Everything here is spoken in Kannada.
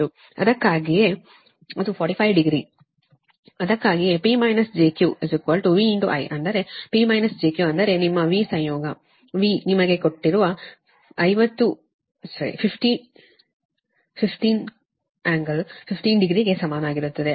ಆದ್ದರಿಂದ ಅದಕ್ಕಾಗಿಯೇ ಅದು 45 ಡಿಗ್ರಿ ಅದಕ್ಕಾಗಿಯೇ P - jQ VI ಅಂದರೆ P - jQ ಅಂದರೆ ನಿಮ್ಮ V ಸಂಯೋಗ V ನಿಮ್ಮ ಕೊಟ್ಟಿರುವ 50 15 ಕೋನ 15 ಡಿಗ್ರಿಗೆ ಸಮಾನವಾಗಿರುತ್ತದೆ